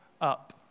up